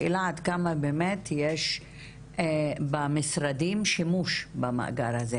השאלה עד כמה באמת יש במשרדים שימוש במאגר הזה.